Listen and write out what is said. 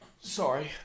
Sorry